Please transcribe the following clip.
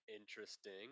interesting